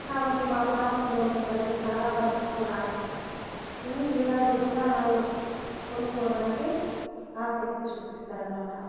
కాబట్టి మా ప్రాంతంలో ఉండే ప్రజలు చాలా వరకు కూడా ఇలాంటి దుకాణాల్లో కొనుక్కోడానికి ఆసక్తి చూపిస్తారనమాట